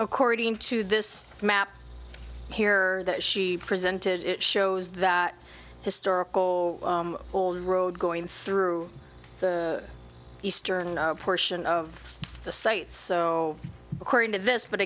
according to this map here that she presented it shows that historical old road going through the eastern portion of the site so according to this but